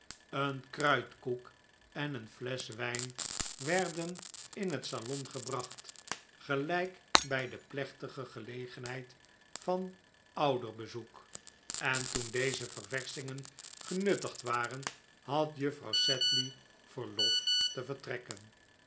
een kruidkoek en een flesch wijn werden in het salon gebracht gelijk bij de plechtige gelegenheid van ouderbezoek en toen deze ververschingen genuttigd waren had juffrouw sedley verlof te vertrekken